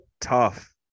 Tough